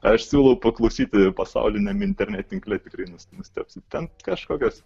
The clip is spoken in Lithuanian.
aš siūlau paklausyti pasauliniam internet tinkle tikrai nu nustebsi ten kažkokios